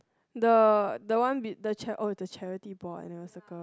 the the one with the char~ oh the charity board I never circle